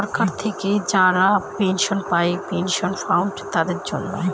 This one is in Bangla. সরকার থেকে যারা পেনশন পায় পেনশন ফান্ড তাদের জন্য